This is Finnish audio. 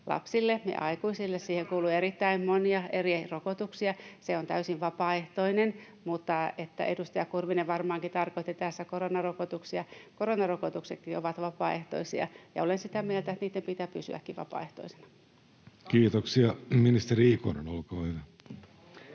lapsille ja aikuisille. Siihen kuuluu erittäin monia eri rokotuksia. Se on täysin vapaaehtoinen, mutta edustaja Kurvinen varmaankin tarkoitti tässä koronarokotuksia. Koronarokotuksetkin ovat vapaaehtoisia, ja olen sitä mieltä, että niitten pitää pysyäkin vapaaehtoisena. [Speech 226] Speaker: Jussi